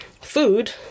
food